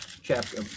chapter